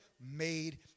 made